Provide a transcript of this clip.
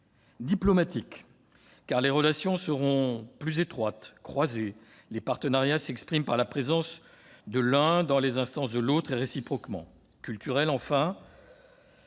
Diplomatique : les relations se font plus étroites, croisées ; les partenariats s'expriment par la présence de l'un dans les instances de l'autre, et réciproquement. Culturelle, enfin :